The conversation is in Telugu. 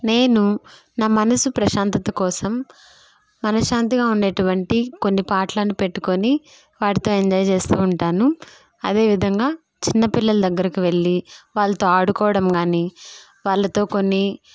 నేను నా మనసు ప్రశాంతత కోసం మనశ్శాంతిగా ఉండేటువంటి కొన్ని పాటలను పెట్టుకొని వాటితో ఎంజాయ్ చేస్తూ ఉంటాను అదేవిధంగా చిన్నపిల్లల దగ్గరకి వెళ్ళి వాళ్లతో ఆడుకోవడం కానీ వాళ్లతో కొన్ని